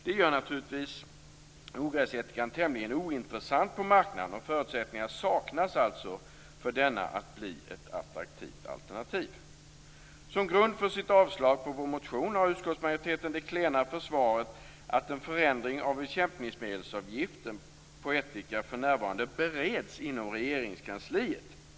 Detta gör naturligtvis ogräsättikan tämligen ointressant på marknaden och förutsättningarna saknas alltså för denna att bli ett attraktivt alternativ. Som grund för sitt avslag på vår motion har utskottsmajoriteten det klena försvaret att en förändring av bekämpningsmedelsavgiften på ättika för närvarande bereds inom Regeringskansliet.